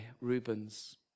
Rubens